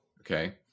okay